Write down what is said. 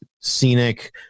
scenic